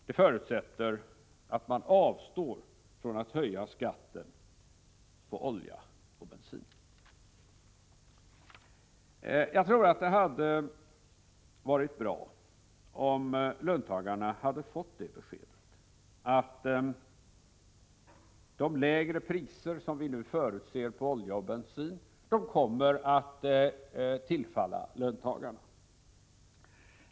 Det förutsätter att man avstår från att höja skatten på olja och bensin. Jag tror att det hade varit bra om löntagarna hade fått beskedet att de lägre priser som vi förutser på olja och bensin kommer att tillfalla löntagarna.